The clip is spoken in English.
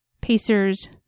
pacers